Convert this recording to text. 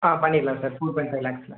ஆ பண்ணிடலாம் sir four point five லேக்ஸில்